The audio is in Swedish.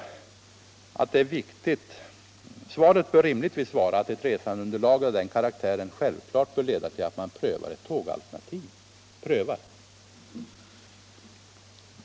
Svaret bör rimligen vara att ett resandeunderlag av den storleksordningen självklart bör leda till att man prövar ett tågalternativ.